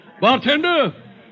Bartender